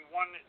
one